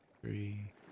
three